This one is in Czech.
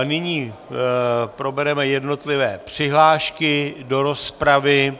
Nyní probereme jednotlivé přihlášky do rozpravy.